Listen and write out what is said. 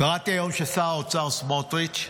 קראתי היום ששר האוצר סמוטריץ'